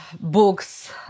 books